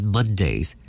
Mondays